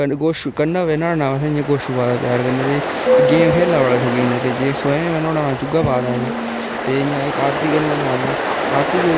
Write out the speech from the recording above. कन्नै गोशु कनव ऐ नुहाड़ा नांऽ इयां असें गोशु पाये दा प्यार कन्नै ते गेम खेढने दा बड़ा शौकीन ऐ ते जे स्वयंम ऐ नुहाड़ा नांऽ चुहा पाये दा असें ते इ'यां कार्तिक ऐ नुहाड़ा नांऽ इ'यां कार्तिक